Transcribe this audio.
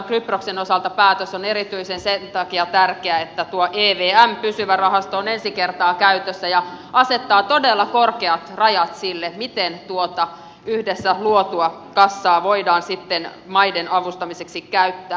kyproksen osalta päätös on erityisen tärkeä sen takia että evm pysyvä rahasto on ensi kertaa käytössä ja asettaa todella korkeat rajat sille miten tuota yhdessä luotua kassaa voidaan sitten maiden avustamiseksi käyttää